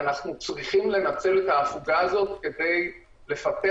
ואנחנו צריכים לנצל את ההפוגה הזאת כדי לפתח